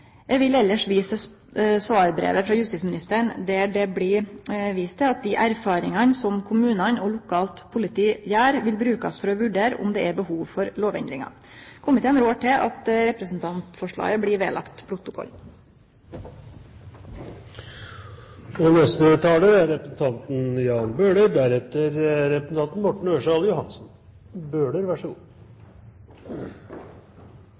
Eg vil elles vise til svarbrevet frå justisministeren, der det blir vist til at dei erfaringane som kommunane og lokalt politi gjer, vil brukast for å vurdere om det er behov for lovendringar. Komiteen rår til at representantframlegget blir lagt ved protokollen. Bakgrunnen for denne saken er